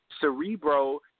Cerebro